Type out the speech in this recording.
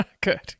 Good